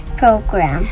program